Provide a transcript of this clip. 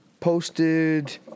Posted